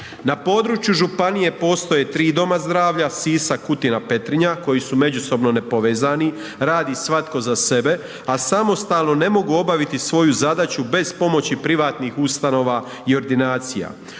Na području županije postoje tri doma zdravlja, Sisak, Kutina, Petrinja koji su međusobno nepovezani, radi svatko za sebe, a samostalno ne mogu obaviti svoju zadaću bez pomoći privatnih ustanova i ordinacija.